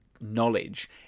knowledge